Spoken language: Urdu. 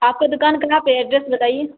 آپ کا دکان کہاں پہ ہے ایڈریس بتائیے